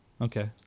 Okay